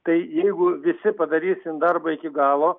tai jeigu visi padarysim darbą iki galo